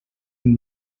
amb